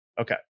okay